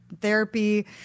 therapy